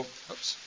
oops